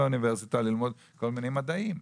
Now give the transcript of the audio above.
לאוניברסיטה כדי ללמוד כל מיני מדעים.